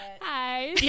Hi